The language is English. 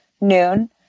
noon